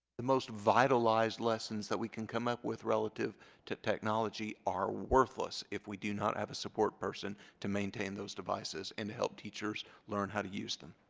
the most vitalized lessons that we can come up with relative to technology are worthless if we do not have a support person to maintain those devices and help teachers learn how to use them